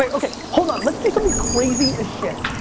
okay. hold on, let's do something crazy as shit.